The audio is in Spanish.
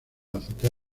azotea